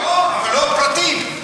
לא, אבל לא פרטי.